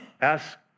Ask